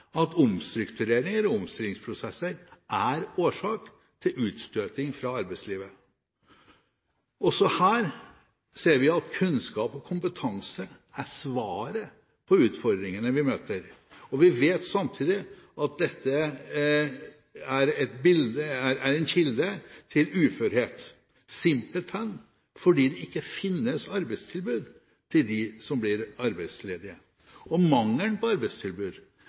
at omstruktureringer og omstillingsprosesser er årsak til utstøting fra arbeidslivet. Også her ser vi at kunnskap og kompetanse er svaret på de utfordringene vi møter. Vi vet samtidig at dette er en kilde til uførhet – simpelthen fordi det ikke finnes arbeidstilbud til dem som blir arbeidsledige. Mangelen på arbeidstilbud,